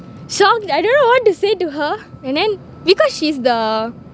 shocked I don't know what to say to her and then because she's the